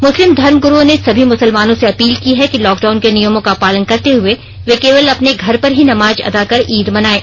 मुस्लिम धर्मग्रूओं ने सभी मुसलमानों से अपील की है कि लॉकडाउन के नियमों का पालन करते हुए वे केवल अपर्न घर पर ही नमाज अदा कर ईद मनाये